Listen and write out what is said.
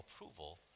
approval